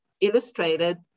illustrated